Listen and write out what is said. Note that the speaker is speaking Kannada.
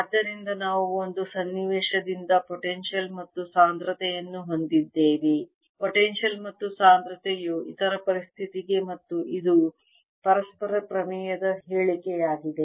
ಆದ್ದರಿಂದ ನಾವು ಒಂದು ಸನ್ನಿವೇಶದಿಂದ ಪೊಟೆನ್ಶಿಯಲ್ ಮತ್ತು ಸಾಂದ್ರತೆಯನ್ನು ಹೊಂದಿದ್ದೇವೆ ಪೊಟೆನ್ಶಿಯಲ್ ಮತ್ತು ಸಾಂದ್ರತೆಯು ಇತರ ಪರಿಸ್ಥಿತಿಗೆ ಮತ್ತು ಇದು ಪರಸ್ಪರ ಪ್ರಮೇಯದ ಹೇಳಿಕೆಯಾಗಿದೆ